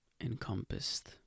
encompassed